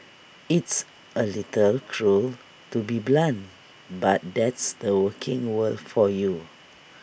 it's A little cruel to be blunt but that's the working world for you